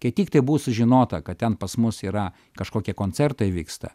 kai tiktai buvo sužinota kad ten pas mus yra kažkokie koncertai vyksta